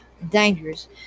dangerous